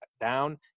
down